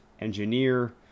engineer